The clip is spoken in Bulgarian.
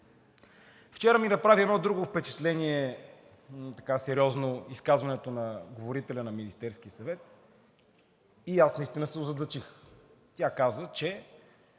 Вчера ми направи едно друго сериозно впечатление – изказването на говорителя на Министерския съвет, и аз наистина се озадачих. Тя каза, че